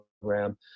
program